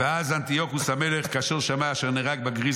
"ואז אנטיוכוס המלך כאשר שמע אשר נהרגו בגריס